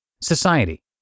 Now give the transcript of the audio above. Society